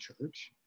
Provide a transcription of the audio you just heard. church